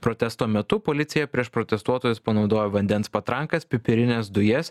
protesto metu policija prieš protestuotojus panaudojo vandens patrankas pipirines dujas